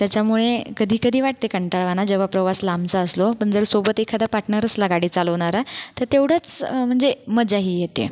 त्याच्यामुळे कधी कधी वाटते कंटाळवाणा जेव्हा प्रवास लांबचा असलो पण जर सोबत एखादा पार्टनर असला गाडी चालवणारा तर तेवढंच म्हणजे मजाही येते